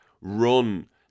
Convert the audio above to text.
run